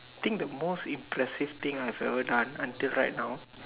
think the most impressive thing that I've ever done until right now